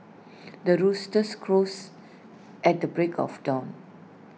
the roosters crows at the break of dawn